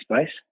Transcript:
space